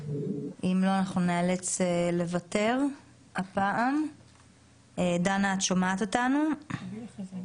נאלצים לוותר, לא מצליחים לשמוע אותך.